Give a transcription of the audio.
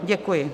Děkuji.